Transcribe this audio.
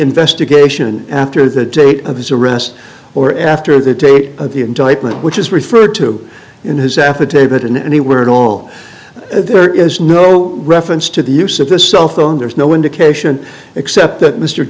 investigation after the date of his arrest or after the date of the indictment which is referred to in his affidavit and he learned all there is no reference to the use of the cell phone there's no indication except that mr